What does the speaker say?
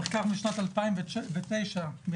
במחקר משנת 2009 באנגליה,